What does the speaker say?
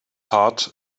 hot